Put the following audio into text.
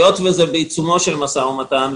היות וזה בעיצומו של משא ומתן,